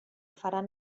faran